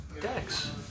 dex